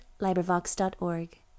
LibriVox.org